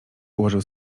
ułożył